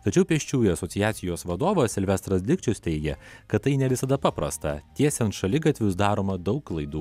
tačiau pėsčiųjų asociacijos vadovas silvestras dikčius teigia kad tai ne visada paprasta tiesiant šaligatvius daroma daug klaidų